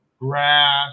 grass